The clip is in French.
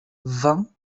vingt